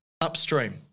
Upstream